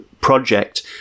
project